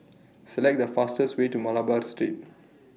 Select The fastest Way to Malabar Street